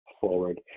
forward